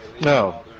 No